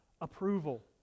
approval